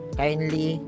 kindly